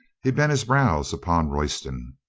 he bent his brows upon royston.